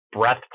breath